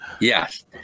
Yes